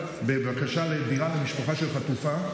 בבקשה לדירה למשפחה של חטופה,